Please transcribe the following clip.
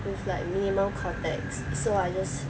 it's like minimum contact so I just